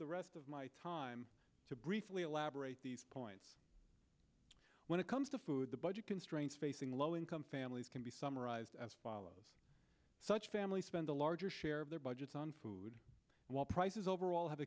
the rest of my time to briefly elaborate these points when it comes to food the budget constraints facing low income families can be summarized as such families spend a larger share of their budgets on food while prices overall have